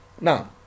now